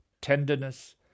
tenderness